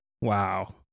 Wow